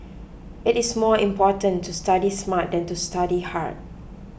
it is more important to study smart than to study hard